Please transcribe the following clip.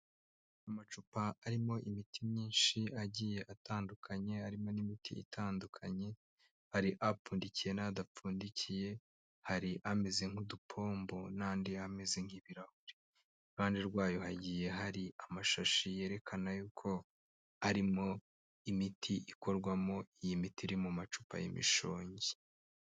Amacupa arimo imiti myinshi igiye atandukanye arimo n'imiti itandukanye hari ipfundikiye n'idapfundikiye hari ameze nk'udupombo n'andi ameze nk'ibirahure iruhande rwayo hagiye hari amashashi yerekana yuko arimo imiti ikorwamo iyi miti iri mu macupa y'imishongi.